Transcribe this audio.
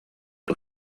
дуо